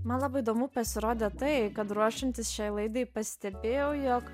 man labai įdomu pasirodė tai kad ruošiantis šiai laidai pastebėjau jog